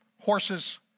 horses